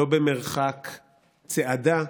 לא במרחק צעדה.